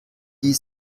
die